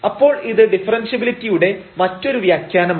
അപ്പോൾ ഇത് ഡിഫറൻഷ്യബിലിറ്റിയുടെ മറ്റൊരു വ്യാഖ്യാനമാണ്